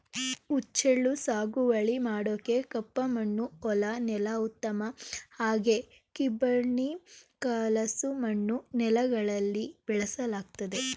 ಹುಚ್ಚೆಳ್ಳು ಸಾಗುವಳಿ ಮಾಡೋಕೆ ಕಪ್ಪಮಣ್ಣು ಹೊಲ ನೆಲ ಉತ್ತಮ ಹಾಗೆ ಕಿಬ್ಬಳಿ ಕಲಸು ಮಣ್ಣು ನೆಲಗಳಲ್ಲಿ ಬೆಳೆಸಲಾಗ್ತದೆ